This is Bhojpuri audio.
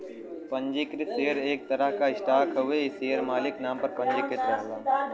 पंजीकृत शेयर एक तरह क स्टॉक हउवे इ शेयर मालिक नाम पर पंजीकृत रहला